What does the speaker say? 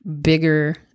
bigger